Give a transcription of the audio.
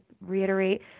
reiterate